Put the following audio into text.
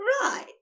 Right